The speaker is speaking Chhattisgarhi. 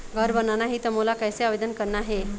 घर बनाना ही त मोला कैसे आवेदन करना हे?